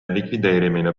likvideerimine